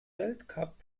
weltcup